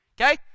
okay